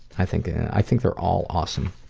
i think i think they're all awesome.